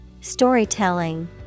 Storytelling